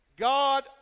God